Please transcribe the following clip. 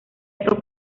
esto